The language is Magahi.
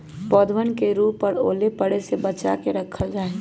पौधवन के धूप और ओले पड़े से बचा के रखल जाहई